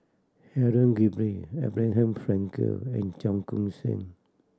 Helen Gilbey Abraham Frankel and Cheong Koon Seng